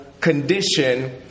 condition